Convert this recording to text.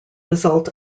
result